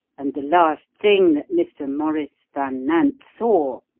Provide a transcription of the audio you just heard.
and the last thing that mr. maurice van nant saw,